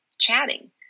chatting